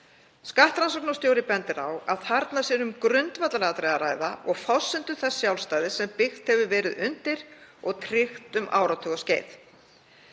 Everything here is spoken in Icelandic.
Skattrannsóknarstjóri bendir á að þarna sé um grundvallaratriði að ræða og forsendur þess sjálfstæðis sem byggt hefur verið undir og tryggt um áratugaskeið.